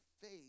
faith